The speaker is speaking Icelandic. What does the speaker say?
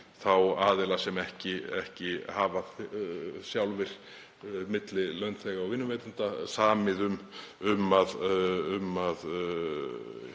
þá aðila sem ekki hafa sjálfir, milli launþega og vinnuveitenda, samið um að